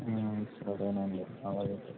సరే అండి అలాగే